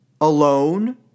Alone